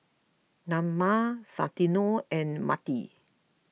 Naima Santino and Mintie